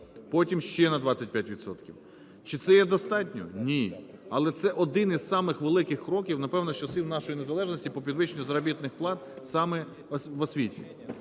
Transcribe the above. потім ще на 25 відсотків. Чи це є достатньо? Ні, але це один із самих великих кроків, напевно, з часів нашої незалежності по підвищенню заробітних плат саме в освіті.